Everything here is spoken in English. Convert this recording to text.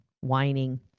whining